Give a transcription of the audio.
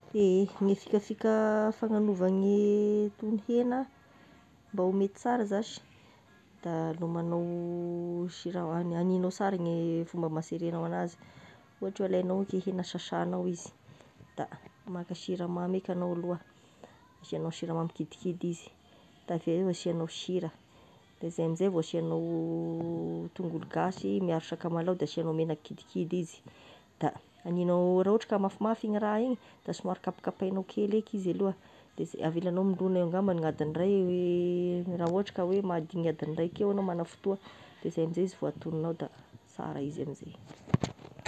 Ehe gne fikafika fagnagnovagny tono hena, mba ho mety sara zash da lomagnao sira, hagn- hagninao sara ny fomba maseregnao anazy, ohatry alaignao gny hena sasagnao izy, da maka siramamy eky agnao aloha asiagnao siramamy kidikidy izy, da aveo asiagnao sira, de zay ammin'izay vao asiagnao tongolo gasy miaro sakamalao de asiagnao menaky kidikidy izy, da agninao raha ohatry ka mafimafy igny raha igny, da somary kapakapaignao kely eky izy aloha, da s- avelagnao milogna angamba gn'adiny ray, raha ohatry ka oe mahadigny adiny raika eo agnao, magna fotoa de zay ammin'izay izy vao atognognao da sara izy amin'izay.